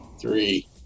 three